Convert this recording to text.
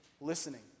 listening